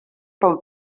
pel